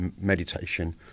meditation